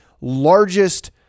largest